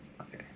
Okay